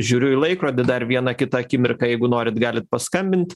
žiūriu į laikrodį dar vieną kitą akimirką jeigu norit galit paskambint